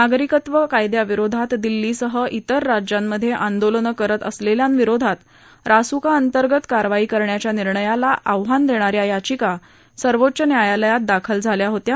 नागरिकत्व कायद्याविरोधात दिल्लीसह तिर राज्यांमध्ये आंदोलनं करत असलेल्यांविरोधात रासुका अंतर्गत कारवाई करण्याच्या निर्णयाला आव्हान देणाऱ्या याचिका सर्वोच्च न्यायालयात दाखल झाल्या होत्या